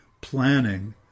planning